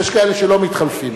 יש כאלה שלא מתחלפים.